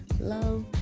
love